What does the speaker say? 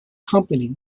company